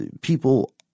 people